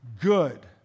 good